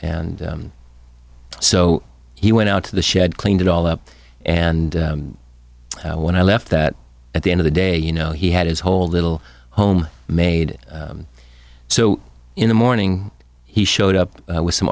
and so he went out to the shed cleaned it all up and when i left that at the end of the day you know he had his whole little home made so in the morning he showed up with some